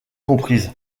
comprise